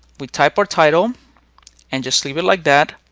we type our title and just leave it like that.